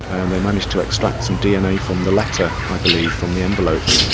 and the managed to extract some dna from the letter, i believe, from the envelope,